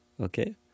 Okay